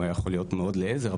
הוא היה יכול מאוד להיות לעזר,